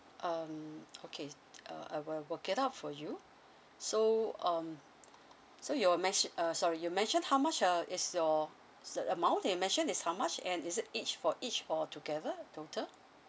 um okay uh uh we'll we'll get up for you so um so you were mentio~ uh sorry you mentioned how much uh is your s~ amount that you mentioned is how much and is it each for each or together total